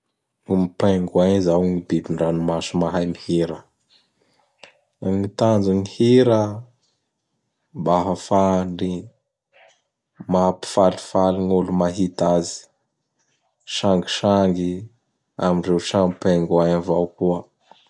Gn Pengouin izao ny biby andranomasy mahay mihira. Gny tanjon'ny hira? Mba ahafahany mampifalifaly gn' olo mahita azy; sangisangy am reo sam Pengouin avao koa.